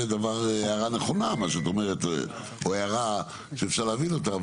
מה שאת אומרת זו הערה נכונה שאפשר להבין אותה.